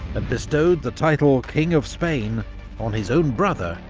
and bestowed the title king of spain on his own brother,